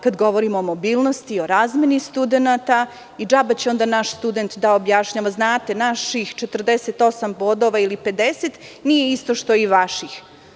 Kada govorimo o mobilnosti, o razmeni studenata, caba će onda naš student da objašnjava – znate, naših 48 bodova ili 50 nije isto što i vaših.